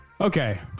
Okay